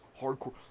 Hardcore